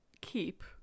keep